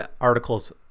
articles